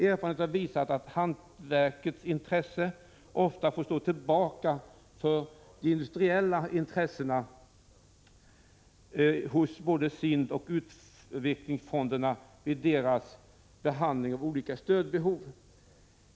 Erfarenheten har visat att hantverkets intressen ofta har fått stått tillbaka för den industriella tillverkningens vid prioriteringar hos SIND och utvecklingsfonderna av olika stödbehov.